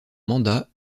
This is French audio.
mandat